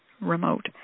remote